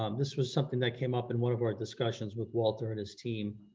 um this was something that came up in one of our discussions with walter and his team.